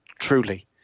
Truly